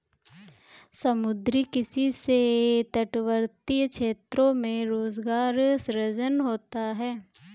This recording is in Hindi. समुद्री किसी से तटवर्ती क्षेत्रों में रोजगार सृजन होता है